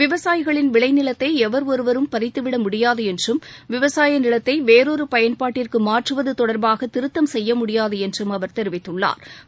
விவசாயிகளின் விளை நிலத்தை எவா் ஒருவரும் பறித்துவிட முடியாது என்றும் விவசாய நிலத்தை வேறொரு பயன்பாட்டிற்கு மாற்றுவது தொடா்பாக திருத்தம் செய்ய முடியாது என்றும் அவா் தெரிவித்துள்ளா்